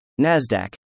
NASDAQ